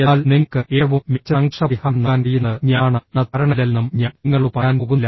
എന്നാൽ നിങ്ങൾക്ക് ഏറ്റവും മികച്ച സംഘർഷ പരിഹാരം നൽകാൻ കഴിയുന്നത് ഞാനാണ് എന്ന ധാരണയിലല്ലെന്നും ഞാൻ നിങ്ങളോട് പറയാൻ പോകുന്നില്ല